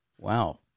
Wow